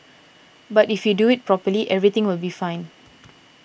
but if you do it properly everything will be fine